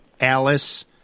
Alice